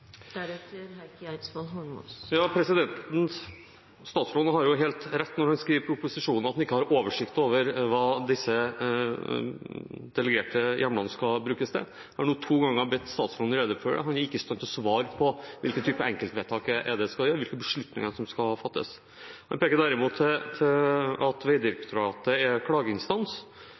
Statsråden har jo helt rett når han skriver i proposisjonen at han ikke har oversikt over hva disse delegerte hjemlene skal brukes til. Jeg har nå to ganger bedt statsråden gjøre rede for det. Han er ikke i stand til å svare på hvilke typer enkeltvedtak det er vi skal gjøre, hvilke beslutninger som skal fattes. Han peker derimot på at Vegdirektoratet er klageinstans.